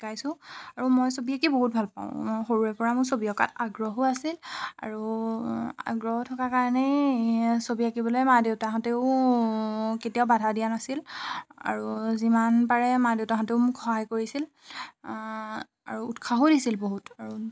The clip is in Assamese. শিকাইছোঁ আৰু মই ছবি আঁকি বহুত ভাল পাওঁ মই সৰুৰে পৰা ছবি অঁকাত আগ্ৰহো আছিল আৰু আগ্ৰহ থকা কাৰণেই ছবি আঁকিবলৈ মা দেউতাহঁতেও কেতিয়াও বাধা দিয়া নাছিল আৰু যিমান পাৰে মা দেউতাহঁতেও মোক সহায় কৰিছিল আৰু উৎসাহো দিছিল বহুত আৰু